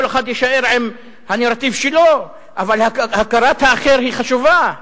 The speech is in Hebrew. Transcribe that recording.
כל אחד יישאר עם הנרטיב שלו, אבל הכרת האחר חשובה.